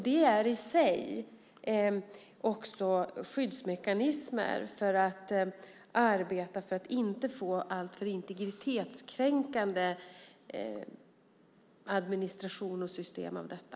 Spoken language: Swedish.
De är i sig också skyddsmekanismer för att arbeta för att inte få alltför integritetskränkande administration och system för detta.